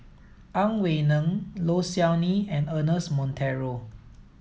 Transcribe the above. Ang Wei Neng Low Siew Nghee and Ernest Monteiro